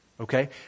Okay